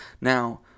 Now